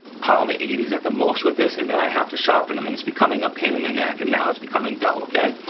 polymer eighty s at the most with this and then i have to sharpen them and it's becoming a pain in the neck and now it's becoming dull, okay?